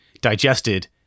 digested